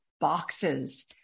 boxes